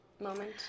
moment